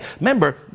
remember